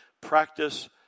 Practice